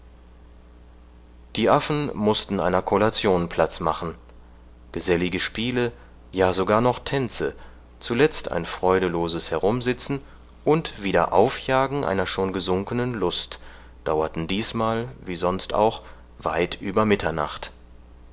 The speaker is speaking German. die affen mußten einer kollation platz machen gesellige spiele ja sogar noch tänze zuletzt ein freudeloses herumsitzen und wiederaufjagen einer schon gesunkenen lust dauerten diesmal wie sonst auch weit über mitternacht